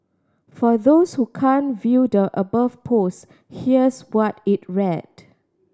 for those who can't view the above post here's what it read